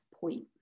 point